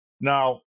Now